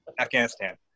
afghanistan